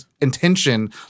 intention